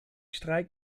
strijk